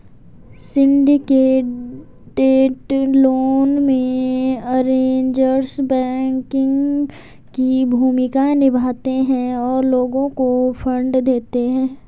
syndicated loan में, arrangers banking की भूमिका निभाते हैं और लोगों को फंड देते हैं